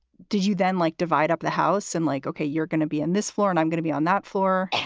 did you then, like, divide up the house and like, ok, you're gonna be on this floor and i'm gonna be on that floor?